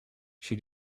she